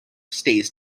stays